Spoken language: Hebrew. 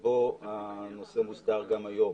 שם הנושא מוסדר גם היום.